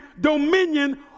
dominion